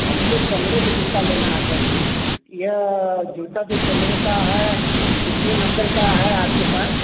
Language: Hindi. हमको चमड़े के जूता लेना है सर जी यह जूता जो चमड़े का है कितने नंबर का है आपके पास